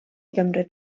gymryd